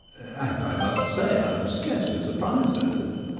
and i must say i am scarcely surprised at it.